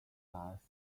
epithets